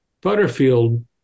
butterfield